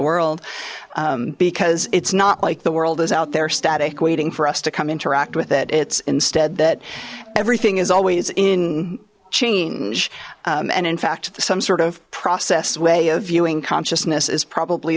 world because it's not like the world is out there static waiting for us to come interact with it it's instead that everything is always in change and in fact some sort of process way of viewing consciousness is probably